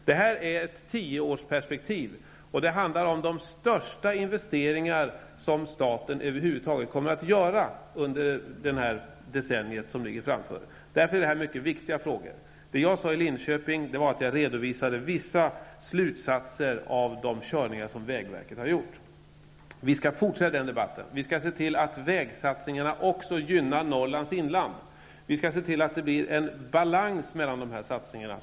Det är ett tioårsperspektiv, och det handlar om de största investeringar som staten över huvud taget kommer att göra under det decennium som ligger framför. Därför är dessa frågor mycket viktiga. Det jag gjorde i Linköping var att jag redovisade vissa slutsatser av de körningar som vägverket har gjort. Vi skall fortsätta debatten. Vi skall se till att vägsatsningarna också gynnar Norrlands inland. Vi skall se till att det blir en balans mellan de olika satsningarna.